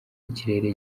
ikirere